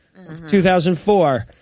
2004